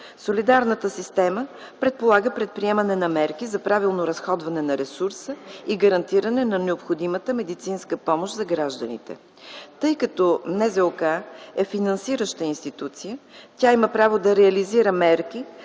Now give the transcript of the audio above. Солидарната система предполага предприемане на мерки за правилно разходване на ресурса и гарантиране на необходимата медицинска помощ за гражданите. Тъй като НЗОК е финансираща институция, тя има право да реализира мерки